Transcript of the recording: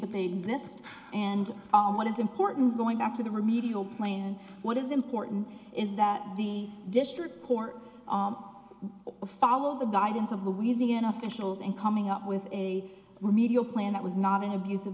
but they exist and on what is important going back to the remedial plan what is important is that the district court follow the guidance of louisiana officials in coming up with a remedial plan that was not an abuse of